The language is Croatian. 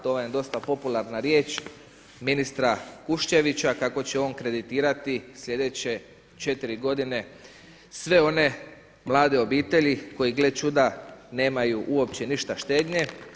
To vam je dosta popularna riječ ministra Kuščevića, kako će on kreditirati sljedeće četiri godine sve one mlade obitelji koji gle čuda nemaju uopće ništa štednje.